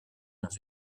dans